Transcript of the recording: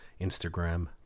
Instagram